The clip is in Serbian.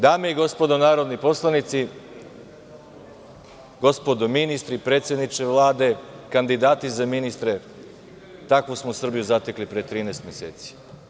Dame i gospodo narodni poslanici, gospodo ministri, predsedniče Vlade, kandidati za ministre, takvu smo Srbiju zatekli pre 13 meseci.